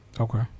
Okay